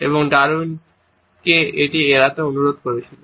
এবং ডারউইনকে এটি এড়াতে অনুরোধ করেছিল